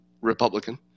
Republican